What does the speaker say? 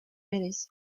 redes